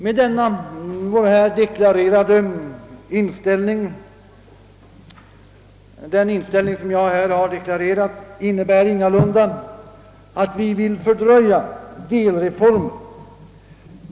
Men denna vår här deklarerade inställning innebär ingalunda att vi vill fördröja delreformer.